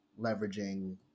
leveraging